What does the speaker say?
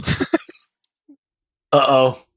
Uh-oh